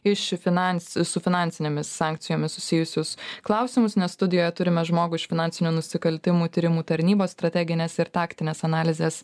iš finans su finansinėmis sankcijomis susijusius klausimus nes studijoje turime žmogų iš finansinių nusikaltimų tyrimų tarnybos strateginės ir taktinės analizės